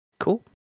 Cool